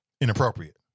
inappropriate